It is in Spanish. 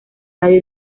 radio